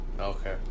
Okay